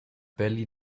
belly